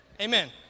Amen